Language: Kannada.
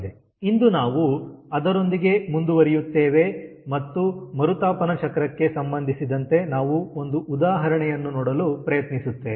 ಇಂದು ನಾವು ಅದರೊಂದಿಗೆ ಮುಂದುವರಿಯುತ್ತೇವೆ ಮತ್ತು ಮರುತಾಪನ ಚಕ್ರಕ್ಕೆ ಸಂಬಂಧಿಸಿದಂತೆ ನಾವು ಒಂದು ಉದಾಹರಣೆಯನ್ನು ನೋಡಲು ಪ್ರಯತ್ನಿಸುತ್ತೇವೆ